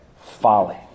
folly